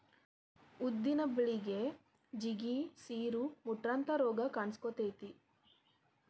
ಉದ್ದಿನ ಬಳಿಗೆ ಜಿಗಿ, ಸಿರು, ಮುಟ್ರಂತಾ ರೋಗ ಕಾನ್ಸಕೊತೈತಿ